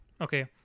Okay